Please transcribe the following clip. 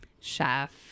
Chef